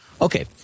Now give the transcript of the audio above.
okay